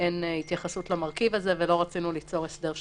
אין התייחסות למרכיב הזה ולא רצינו ליצור הסדר שלילי.